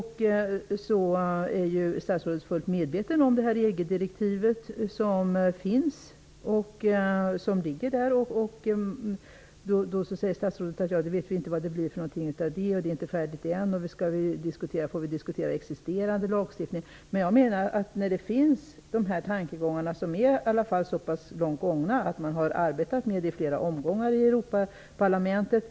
Statsrådet är fullt medveten om det EG-direktiv som finns. Men statsrådet säger: Vi vet inte vad det blir av det. Det här är inte färdigt ännu. Om vi skall diskutera detta får vi diskutera existerande lagstiftning. Men här har man ju kommit så pass långt i sina tankegångar att man har arbetat med detta i flera omgångar i Europaparlamentet.